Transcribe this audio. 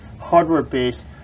hardware-based